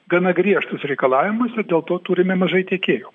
gana griežtus reikalavimus ir dėl to turime mažai tikėjų